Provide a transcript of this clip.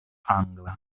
angla